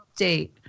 update